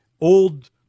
old